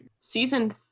Season